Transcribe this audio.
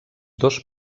dos